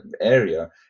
area